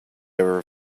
ever